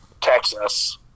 Texas